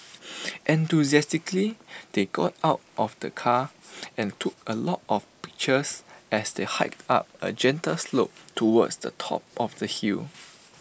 enthusiastically they got out of the car and took A lot of pictures as they hiked up A gentle slope towards the top of the hill